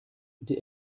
die